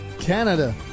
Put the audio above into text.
Canada